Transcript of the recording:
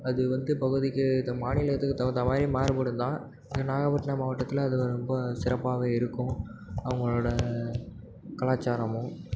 அது வந்து பகுதிக்கு மாநிலத்துக்கு தகுந்த மாதிரி மாறுபடும் தான் இங்கே நாகப்பட்டின மாவட்டத்தில் அது வந்து சிறப்பாகவே இருக்குது அவங்களோட கலாச்சாரமும்